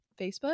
Facebook